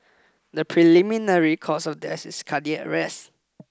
the preliminary cause of death is cardiac arrest